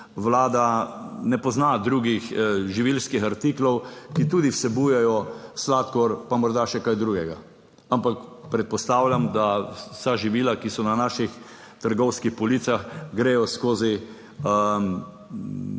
Vlada ne pozna drugih živilskih artiklov, ki tudi vsebujejo sladkor, pa morda še kaj drugega, ampak predpostavljam, da vsa živila, ki so na naših trgovskih policah gredo skozi skrbno